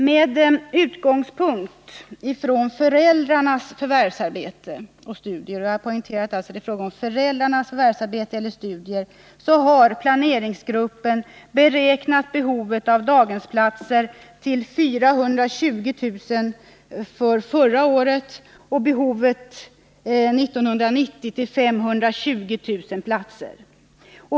Med utgångspunkt i föräldrarnas förvärvsarbete eller studier — jag poängterar att det är fråga om föräldrarnas förvärvsarbete eller studier — har planeringsgruppen beräknat behovet av daghemsplatser till 420 000 för förra året och behovet 1990 till 520 000 platser.